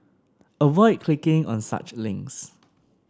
avoid clicking on such links